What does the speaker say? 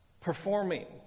Performing